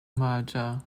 merger